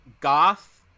Goth